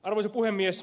arvoisa puhemies